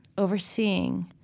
overseeing